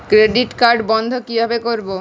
Credit card বন্ধ কিভাবে করবো?